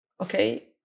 okay